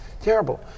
terrible